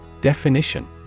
Definition